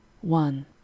one